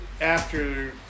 after-